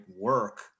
work